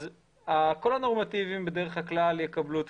כל הנורמטיביים בדרך הכלל יקבלו את